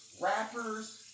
rappers